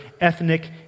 ethnic